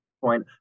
point